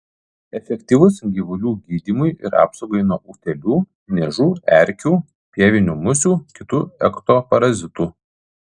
efektyvus gyvulių gydymui ir apsaugai nuo utėlių niežų erkių pievinių musių kitų ektoparazitų